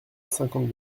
cinquante